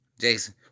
Jason